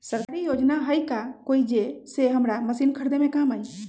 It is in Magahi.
सरकारी योजना हई का कोइ जे से हमरा मशीन खरीदे में काम आई?